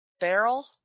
barrel